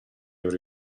aver